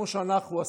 כמו שאנחנו עשינו,